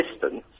distance